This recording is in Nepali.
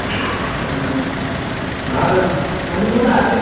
हजुर अनि मुलाहरू